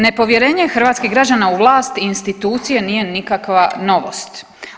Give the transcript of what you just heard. Nepovjerenje hrvatskih građana u vlast i institucije nije nikakva novost.